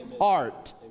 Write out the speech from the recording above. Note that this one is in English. heart